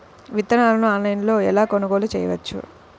విత్తనాలను ఆన్లైనులో ఎలా కొనుగోలు చేయవచ్చు?